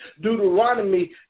deuteronomy